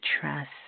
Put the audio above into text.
trust